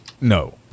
No